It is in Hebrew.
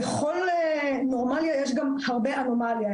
בכל נורמל יש גם הרבה אנומליה,